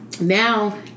now